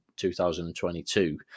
2022